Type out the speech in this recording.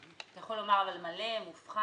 אתה יכול לומר אם מלא או מופחת?